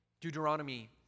Deuteronomy